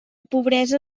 pobresa